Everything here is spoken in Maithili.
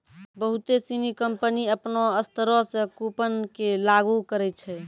बहुते सिनी कंपनी अपनो स्तरो से कूपन के लागू करै छै